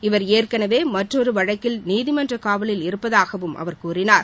இவர் ஏற்கனவே மற்றொரு வழக்கில் நீதிமன்றக் காவலில் இருப்பதாகவும் அவர் கூறினார்